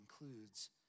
includes